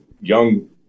young